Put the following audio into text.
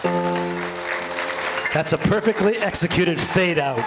well that's a perfectly executed fade out